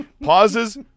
pauses